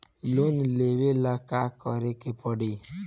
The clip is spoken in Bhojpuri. लोन लेबे ला का करे के पड़ी?